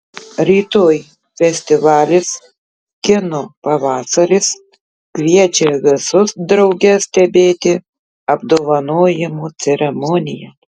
rytoj festivalis kino pavasaris kviečia visus drauge stebėti apdovanojimų ceremoniją